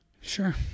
sure